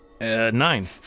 Nine